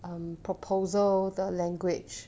um proposal 的 language